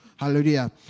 Hallelujah